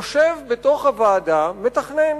יושב בוועדה מתכנן,